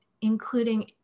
including